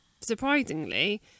surprisingly